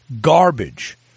garbage